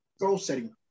goal-setting